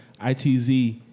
ITZ